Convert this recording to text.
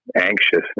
anxiousness